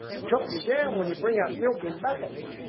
chop you down when you bring up milk in buckets